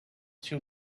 too